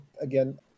Again